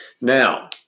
Now